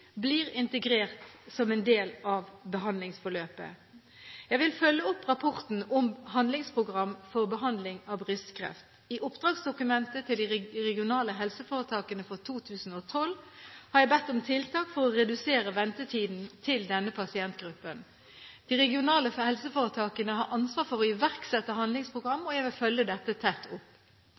blir en integrert del av behandlingsforløpet. Jeg vil følge opp rapporten om handlingsprogram for behandling av brystkreft. I oppdragsdokumentet til de regionale helseforetakene for 2012 har jeg bedt om tiltak for å redusere ventetiden for denne pasientgruppen. De regionale helseforetakene har ansvar for å iverksette handlingsprogrammet, og jeg vil følge dette tett opp.